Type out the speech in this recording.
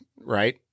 right